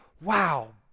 wow